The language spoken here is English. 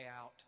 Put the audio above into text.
out